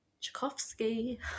tchaikovsky